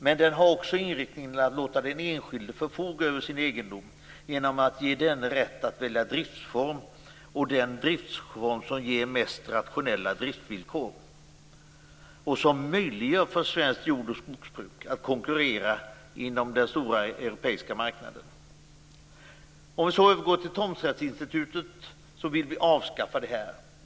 Men den har också inriktningen att låta den enskilde förfoga över sin egendom genom att ge denne rätt att välja den driftsform som ger mest rationella driftsvillkor och som möjliggör för svenskt jord och skogsbruk att konkurrera inom den stora europeiska marknaden. Sedan vill jag övergå till tomträttsinstitutet. Vi vill avskaffa detta.